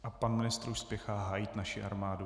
A pan ministr už spěchá hájit naši armádu.